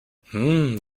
hmm